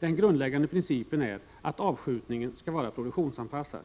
Den grundläggande principen är att avskjutningen skall vara produktionsanpassad.